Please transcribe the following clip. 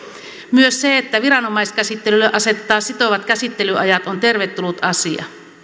myös se että viranomaiskäsittelylle asetetaan sitovat käsittelyajat on tervetullut asia